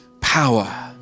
power